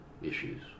issues